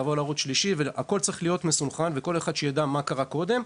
לעבור לערוץ שלישי הכל צריך להיות מסונכרן ושכל אחד ידע מה קרה קודם,